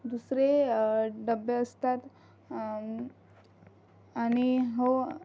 दुसरे डबे असतात आणि हो